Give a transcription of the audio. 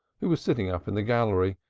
who was sitting up in the gallery,